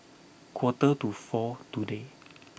quarter to four today